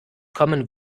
commen